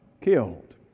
killed